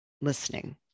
listening